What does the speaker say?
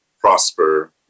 prosper